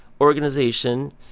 organization